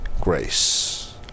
grace